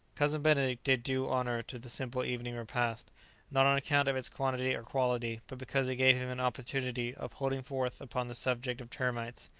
cousin benedict did due honour to the simple evening repast not on account of its quantity or quality, but because it gave him an opportunity of holding forth upon the subject of termites.